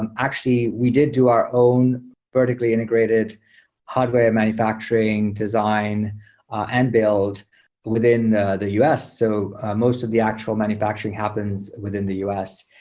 and actually, we did do our own vertically integrated hardware manufacturing design and build within the the us. so most of the actual manufacturing happens within the us.